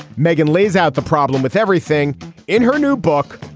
meghan lays out the problem with everything in her new book.